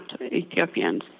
Ethiopians